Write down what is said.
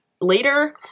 later